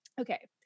Okay